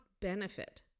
benefit